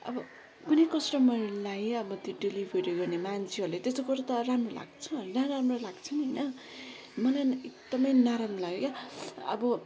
अब कुनै कस्टमरहरूलाई अब त्यो डेलिभेरी गर्ने मान्छेहरूलाई त्यस्तो कुरो त राम्रो लाग्छ नराम्रो लाग्छ नि होइन मलाई एकदमै नराम्रो लाग्यो क्या अब